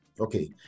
Okay